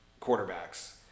quarterbacks